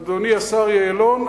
אדוני השר יעלון,